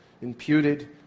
imputed